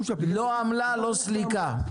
-- לא עמלה, לא סליקה.